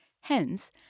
Hence